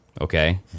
Okay